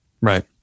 right